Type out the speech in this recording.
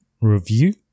review